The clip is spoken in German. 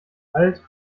alt